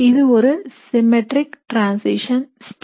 இது ஒரு symmetric transition state